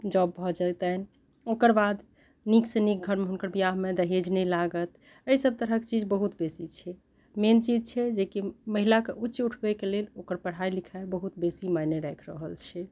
job भऽ जेतनि ओकरबाद नीक सँ नीक घर मे हुनकर बिआह मे दहेज नहि लागत एहिसब तरहक चीज बहुत बेसी छै मैन चीज छै जेकी महिला के ऊच्च ऊठबै के लेल ओकर पढ़ाइ लिखाइ बहुत बेसी मायने राखि रहल छै